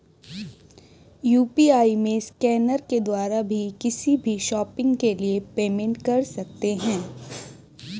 UPI में scanner के द्वारा भी किसी भी शॉपिंग के लिए पेमेंट कर सकते है